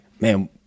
man